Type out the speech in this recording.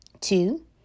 Two